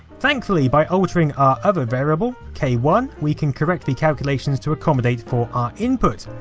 thankfully by altering our other variable, k one, we can correct the calculations to accomodate for our input.